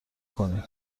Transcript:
کنین